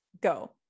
go